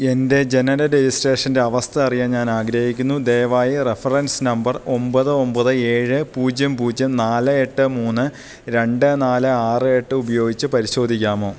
എൻ്റെ ജനന രജിസ്ട്രേഷൻ്റെ അവസ്ഥയറിയാൻ ഞാനാഗ്രഹിക്കുന്നു ദയവായി റഫറൻസ് നമ്പർ ഒമ്പത് ഒമ്പത് ഏഴ് പൂജ്യം പൂജ്യം നാല് എട്ട് മൂന്ന് രണ്ട് നാല് ആറ് എട്ട് ഉപയോഗിച്ച് പരിശോധിക്കാമോ